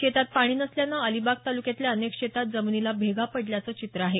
शेतात पाणी नसल्यानं अलिबाग तालुक्यातल्या अनेक शेतांत जमिनीला भेगा पडल्याचं चित्र आहे